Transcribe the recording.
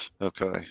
okay